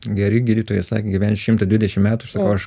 geri gydytojai sakė gyvensi šimtą dvidešim metų o aš